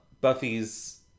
Buffy's